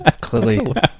Clearly